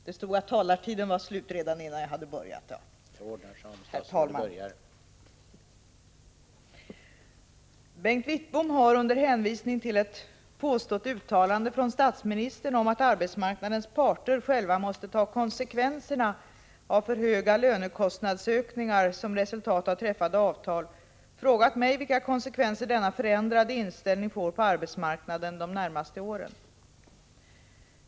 rå 2 FESTER Herr talman! Bengt Wittbom har, under hänvisning till ett påstått Ib Ver é Rå ee uttalande från statsministern om att arbetsmarknadens parter själva måste ta SR SR Ö konsekvenserna av för höga lönekostnadsökningar som resultat av träffade avtal, frågat mig vilka konsekvenser denna förändrade inställning får på arbetsmarknaden de närmaste åren.